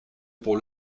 pour